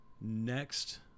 next